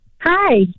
hi